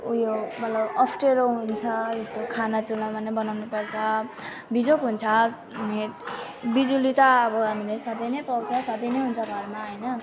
उयो तर अप्ठ्यारो हुन्छ जस्तो खाना चुल्हामा नै बनाउनुपर्छ बिजोक हुन्छ अनि बिजुली त अब हामीले सधैँ नै पाउँछ सधैँ नै हुन्छ घरमा होइन